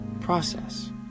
process